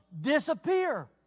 disappear